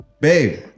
Babe